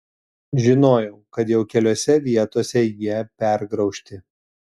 žinojau kad jau keliose vietose jie pergraužti